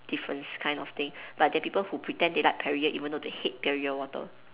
difference kind of thing but there are people who pretend they like perrier water even though the hate perrier water